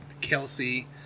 Kelsey